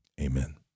Amen